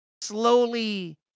slowly